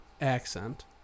accent